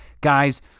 guys